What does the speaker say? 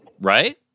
Right